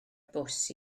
bws